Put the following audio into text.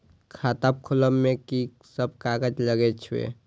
खाता खोलब में की सब कागज लगे छै?